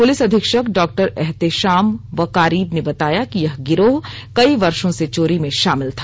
police अधीक्षक doctor Ehtesham Waqarib ने बताया कि यह गिरोह कई वर्शों से चोरी में भाामिल था